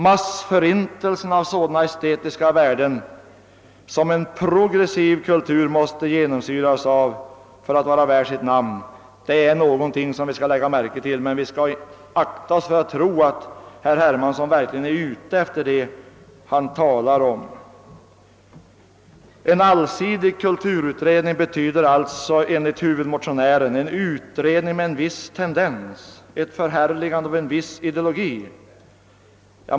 Massförintelsen av sådana estetiska värden som en progressiv kultur måste genomsyras av för att vara värd sitt namn är någonting vi bör lägga märke till, men vi skall akta oss för att tro att herr Hermansson verkligen är ute efter det han talar om. En allsidig kulturutredning betyder alltså enligt huvudmotionären en utredning med en viss tendens, ett förhärligande av en viss ideologi.